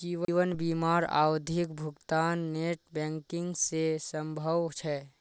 जीवन बीमार आवधिक भुग्तान नेट बैंकिंग से संभव छे?